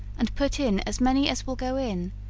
and put in as many as will go in,